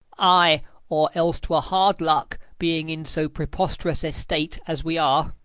ay or else twere hard luck, being in so preposterous estate as we are.